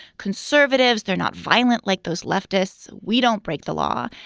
conservatives, they're not violent like those leftists. we don't break the law.